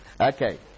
okay